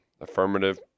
affirmative